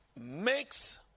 makes